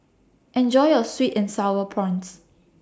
Enjoy your Sweet and Sour Prawns